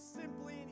simply